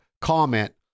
comment